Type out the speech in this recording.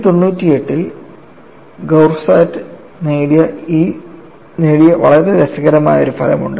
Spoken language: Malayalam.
1898 ൽ ഗൌർസാറ്റ് നേടിയ വളരെ രസകരമായ ഒരു ഫലമുണ്ട്